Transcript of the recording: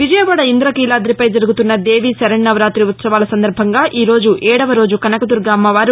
విజయవాడ ఇంద్రకీలాదిపై జరుగుతున్న దేవీ శరన్నవరాతి ఉత్సవాల సందర్బంగా ఈరోజు ఏడవ రోజు కనకదుర్గ అమ్మవారు